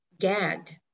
gagged